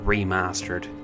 Remastered